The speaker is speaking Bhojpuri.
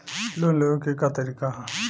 लोन के लेवे क तरीका का ह?